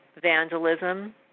vandalism